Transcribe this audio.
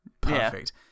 perfect